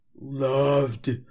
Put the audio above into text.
loved